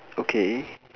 okay